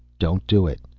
don't do it.